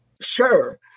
Sure